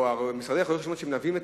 או משרדי רואי-החשבון שמלווים.